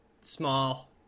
small